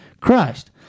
Christ